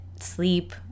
sleep